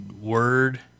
word